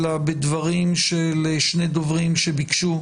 אלא בדברים של שני דוברים שביקשו